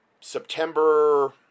September